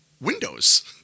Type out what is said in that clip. windows